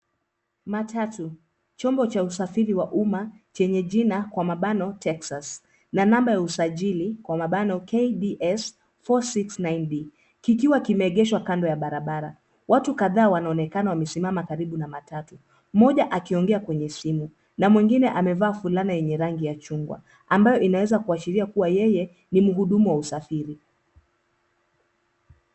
Matatu ,chombo cha usafiri wa umma chenye jina kwa mabano texas na namba ya usajili kwa mabano KDS 469D kikiwa limeegeshwa kando ya barabara. Watu kadhaa wanaonekana wamesimama karibu na matatu. Mmoja akiongea kwenye simu na mwingine amevaa fulana yenye rangi ya chungwa ambaye inaweza kuashiria kuwa yeye ni mhudumu wa usafiri.